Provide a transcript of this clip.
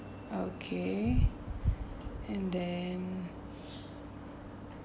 okay and then